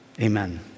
amen